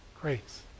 grace